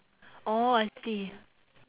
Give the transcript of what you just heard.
orh I see